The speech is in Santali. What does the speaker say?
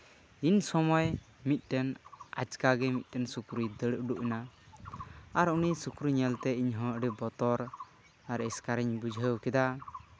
ᱩᱱ ᱥᱚᱢᱚᱭ ᱢᱤᱫᱴᱮᱱ ᱟᱪᱠᱟ ᱜᱮ ᱢᱤᱫᱴᱮᱱ ᱥᱩᱠᱨᱤ ᱫᱟᱹᱲ ᱩᱰᱩᱠ ᱮᱱᱟᱭ ᱟᱨ ᱩᱱᱤ ᱥᱩᱠᱨᱤ ᱧᱮᱞᱛᱮ ᱤᱧᱦᱚᱸ ᱟᱹᱰᱤ ᱵᱚᱛᱚᱨ ᱟᱨ ᱮᱥᱠᱟᱨ ᱤᱧ ᱵᱩᱡᱷᱟᱹᱣ ᱠᱮᱫᱟ